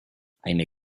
eine